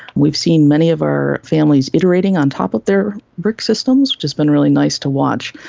we've seen many of our families iterating on top of their brick systems, which has been really nice to watch.